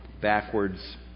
backwards